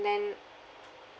then